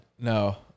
No